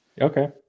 Okay